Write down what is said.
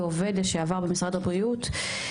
ועובד לשעבר במשרד הבריאות,